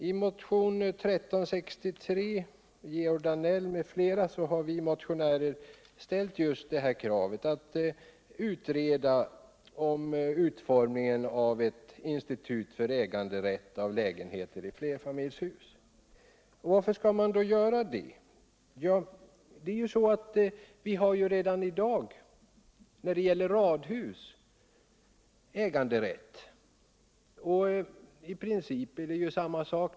I motionen 1363 av Georg Danell m.fl. har vi motionärer ställt just kravet på en utredning om utformningen av ett institut för äganderätt av lägenheter i flerfamiljshus. Varför skall man då göra det? När det gäller radhus har vi redan i dag äganderätt. I princip är det samma sak.